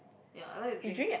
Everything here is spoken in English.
ya I like to drink